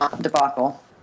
...debacle